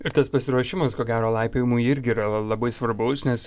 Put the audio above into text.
ir tas pasiruošimas ko gero laipiojimui irgi yra labai svarbaus nes